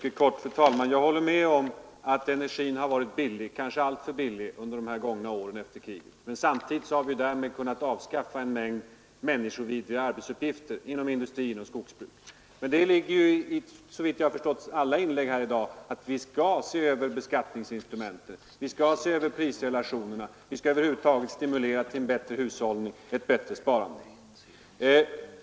Fru talman! Jag håller med om att energin har varit billig, kanske alltför billig, under åren efter kriget. Men samtidigt har vi därmed kunnat avskaffa en mängd människovidriga arbetsuppgifter inom industrin och skogsbruket. Men såvitt jag förstått har alla som gjort inlägg här i dag varit ense om att vi skall se över beskattningsinstrumenten och prisrelationerna, och stimulera till en bättre hushållning och ett bättre sparande.